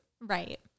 Right